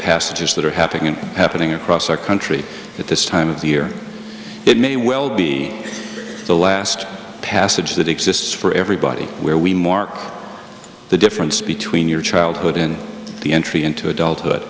passages that are happening and happening across our country at this time of the year it may well be the last passage that exists for everybody where we mark the difference between your childhood in the entry into adulthood